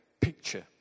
picture